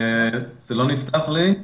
ההזנה, כאשר אנחנו מדברים פה על ילדים,